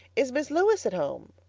is miss lewis at home?